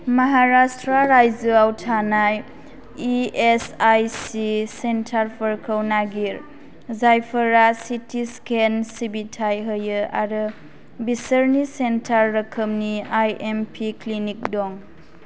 महाराष्ट्र रायजोआव थानाय E S I C सेन्टारफोरखौ नागिर जायफोरा चि टि स्केन सिबिथाय होयो आरो बिसोरनि सेन्टार रोखोमनि आइ एम पि क्लिनिक दं